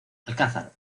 alcázar